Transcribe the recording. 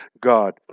God